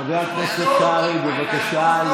חבר הכנסת קרעי, בבקשה.